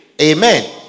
Amen